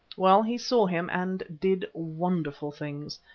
well, he saw him and did wonderful things.